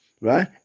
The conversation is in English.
right